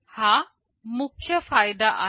हा मुख्य फायदा आहे